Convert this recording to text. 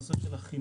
הנושא של החינוך,